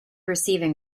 receiving